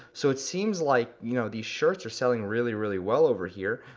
so it seems like you know these shirts are selling really really well over here.